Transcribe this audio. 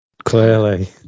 Clearly